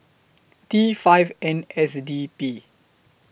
T five N S D P